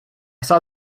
saw